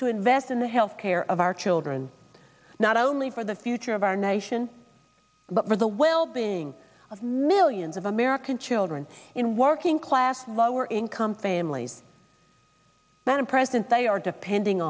to invest in the health care of our children not only for the future of our nation but for the wealth of millions of american children in working class lower income families than president they are depending